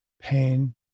pain